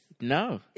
No